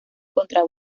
contra